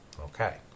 Okay